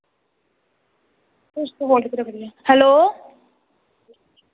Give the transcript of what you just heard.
hello